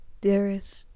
Dearest